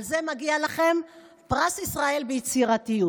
על זה מגיע לכם פרס ישראל ביצירתיות.